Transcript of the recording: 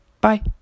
Bye